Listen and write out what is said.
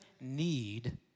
need